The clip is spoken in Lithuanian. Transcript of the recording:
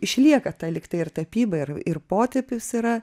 išlieka ta lygtai ir tapyba ir ir potepis yra